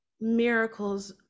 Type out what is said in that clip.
miracles